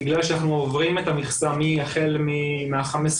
בגלל שאנחנו עוברים את המכסה החל מה-15.9